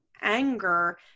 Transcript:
anger